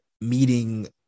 meeting